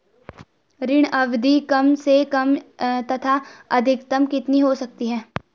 ऋण अवधि कम से कम तथा अधिकतम कितनी हो सकती है?